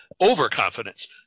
overconfidence